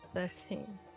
Thirteen